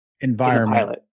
environment